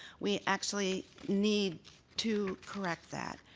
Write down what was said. we actually need to correct that.